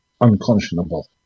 unconscionable